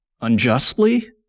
unjustly